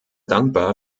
dankbar